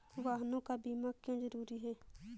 वाहनों का बीमा क्यो जरूरी है?